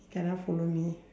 he cannot follow me